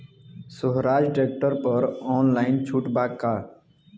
सोहराज tractor पर online छूट बा का?